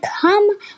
come